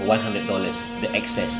one hundred dollars the excess